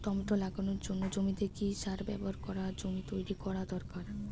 Tomato লাগানোর জন্য জমিতে কি সার ব্যবহার করে জমি তৈরি করা দরকার?